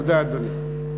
תודה, אדוני.